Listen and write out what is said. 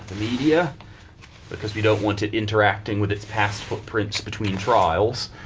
yeah because we don't want it interacting with its past footprints between trials.